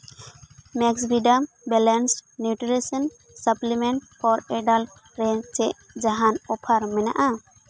Maxvida balance nutrition supplement for adult ᱨᱮ ᱪᱮᱫ ᱡᱟᱦᱟᱱ ᱚᱯᱷᱟᱨ ᱢᱮᱱᱟᱜᱼᱟ